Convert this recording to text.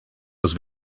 was